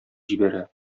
җибәрә